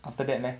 after that leh